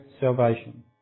salvation